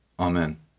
Amen